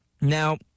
Now